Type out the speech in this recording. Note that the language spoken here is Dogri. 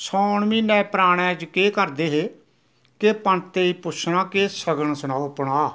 सौन म्हीनैं प्राणै च केह् करदे हे के पंते ई पुच्छना केह् सगण सनाओ अपना